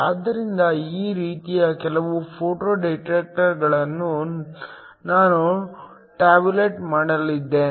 ಆದ್ದರಿಂದ ಈ ರೀತಿಯ ಕೆಲವು ಫೋಟೋ ಡಿಟೆಕ್ಟರ್ಗಳನ್ನು ನಾನು ಟೇಬಲ್ ಮಾಡಲಿದ್ದೇನೆ